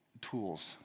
tools